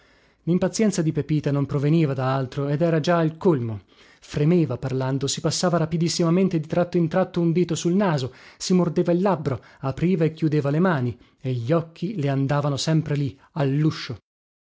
limpazienza di pepita non proveniva da altro ed era già al colmo fremeva parlando si passava rapidissimamente di tratto in tratto un dito sul naso si mordeva il labbro apriva e chiudeva le mani e gli occhi le andavano sempre lì